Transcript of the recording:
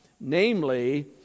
namely